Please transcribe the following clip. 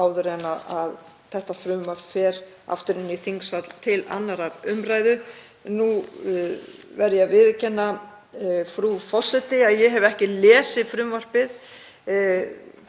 áður en að þetta frumvarp fer aftur inn í þingsal til 2. umr. Nú verð ég að viðurkenna, frú forseti, að ég hef ekki lúslesið frumvarpið